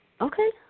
Okay